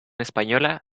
española